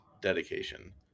dedication